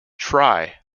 try